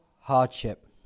hardship